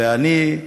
ואני,